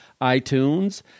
iTunes